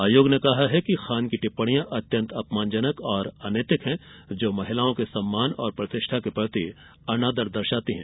आयोग ने कहा है कि खान की टिप्पणियां अत्यंत अपमानजनक और अनैतिक हैं जो महिलाओं के सम्मान और प्रतिष्ठा के प्रति अनादर दर्शाती हैं